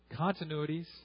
continuities